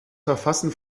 verfassen